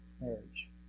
marriage